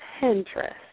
Pinterest